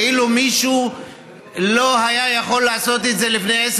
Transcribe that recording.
כאילו מישהו לא היה יכול לעשות את זה לפני 10